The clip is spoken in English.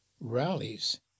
rallies